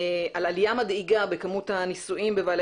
על עלייה מדאיגה בכמות הניסויים בבעלי